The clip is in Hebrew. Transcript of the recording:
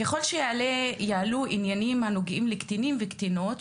ככל שיעלו עניינים הנוגעים לקטינים וקטינות,